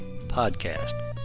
podcast